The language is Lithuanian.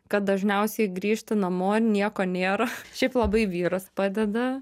kad dažniausiai grįžti namo nieko nėra šiaip labai vyras padeda